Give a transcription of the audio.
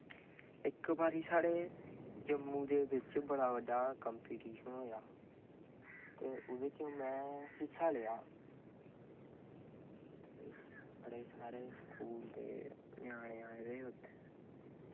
इक बारी साढ़े जम्मू दे बिच्च बड़ा बड्डा कंपिटिशन होआ ते ओह्दे च में हिस्सा लेआ बड़े सारे स्कूल दे ञ्यानें आए दे हे उत्थै